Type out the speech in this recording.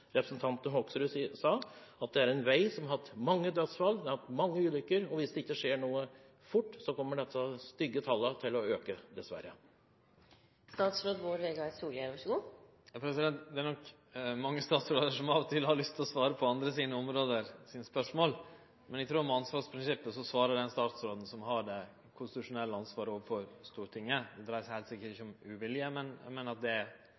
representanten Hoksrud sa, at det er en vei der det har vært mange dødsfall og mange ulykker, og hvis det ikke skjer noe fort, kommer disse stygge tallene til å øke, dessverre. Det er nok mange statsrådar som av og til har lyst til å svare på andre statsrådar sine spørsmål, men eg trur at etter ansvarsprinsippet svarar den statsråden som har det konstitusjonelle ansvaret overfor Stortinget. Det dreier seg heilt sikkert ikkje om uvilje, men eg meiner at det